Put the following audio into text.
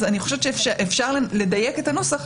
אני חושבת שאפשר לדייק את הנוסח בתיאום,